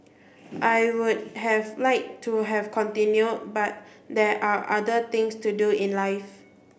I would have liked to have continued but there are other things to do in life